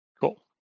cool